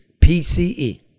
PCE